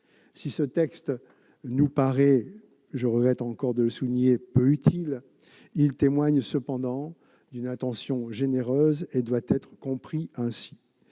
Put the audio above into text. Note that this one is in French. Si ce texte nous paraît- je regrette encore de le souligner -peu utile, il témoigne cependant d'une intention généreuse et doit être compris ainsi.